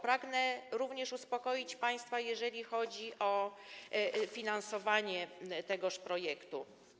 Pragnę również uspokoić państwa, jeżeli chodzi o finansowanie tegoż projektu.